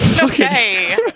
Okay